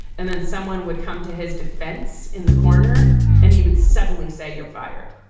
and then someone would come to his defense in the corner and he would suddenly say, you're fired.